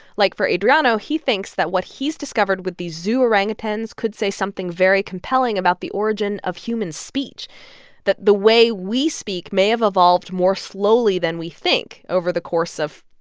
like, for adriano, he thinks that what he's discovered with these zoo orangutans could say something very compelling about the origin of human speech that the way we speak may have evolved more slowly than we think, over the course of,